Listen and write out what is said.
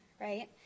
right